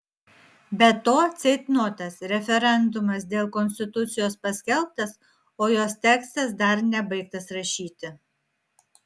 be to ceitnotas referendumas dėl konstitucijos paskelbtas o jos tekstas dar nebaigtas rašyti